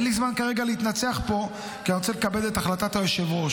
אין לי זמן כרגע להתנצח פה כי אני רוצה לכבד את החלטת היושב-ראש,